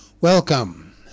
welcome